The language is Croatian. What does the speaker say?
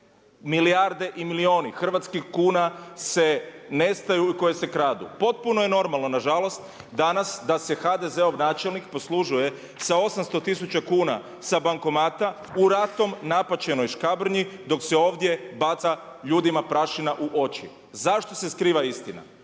milijarde i milijuna hrvatskih kuna se nestaju i koje se kradu. Potpuno je normalno nažalost danas da se HDZ-ov načelnik poslužuje sa 800 tisuća kuna sa bankomata u ratom napaćenoj Škabrnji dok se ovdje baca ljudima prašina u oči. Zašto se skriva istina?